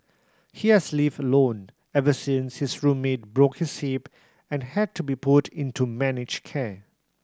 he has lived alone ever since his roommate broke his hip and had to be put into managed care